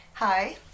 Hi